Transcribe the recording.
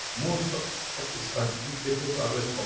most of of the scientific papers are read but